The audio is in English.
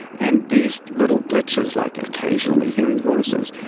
and these little glitches, like occasionally hearing voices,